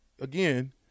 Again